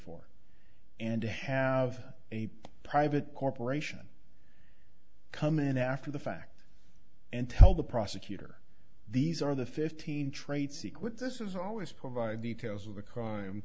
for and to have a private corporation come in after the fact and tell the prosecutor these are the fifteen trade secret this is always provide details of the crime